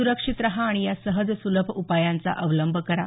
सुरक्षित रहा आणि या सहज सुलभ उपायांचा अवलंब करा